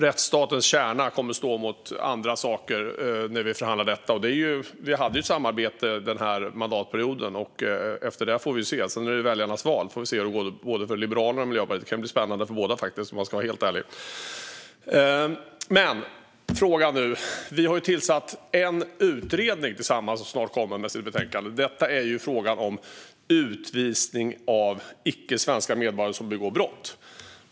Rättsstatens kärna kommer att stå mot andra saker när vi förhandlar om detta. Vi hade ett samarbete den här mandatperioden, och efter det får vi se. Det är väljarnas val. Vi får se hur det går för både Liberalerna och Miljöpartiet - det kan ju bli spännande för båda faktiskt, om man ska vara helt ärlig. Vi har tillsatt en utredning tillsammans som snart kommer med sitt betänkande. Den handlar om utvisning av icke svenska medborgare som begår brott.